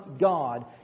God